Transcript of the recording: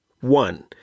One